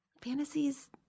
Fantasies